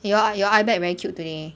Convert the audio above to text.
your your eyebag very cute today